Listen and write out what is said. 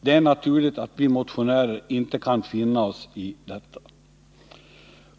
— Det är naturligt att vi motionärer inte kan finna oss i detta.